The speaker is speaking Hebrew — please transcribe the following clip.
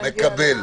מקבל.